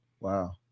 Wow